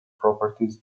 properties